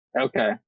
Okay